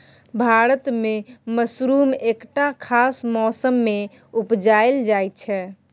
भारत मे मसरुम एकटा खास मौसमे मे उपजाएल जाइ छै